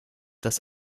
dass